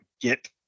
get